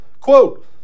Quote